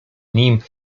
nim